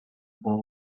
bar